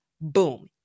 Boom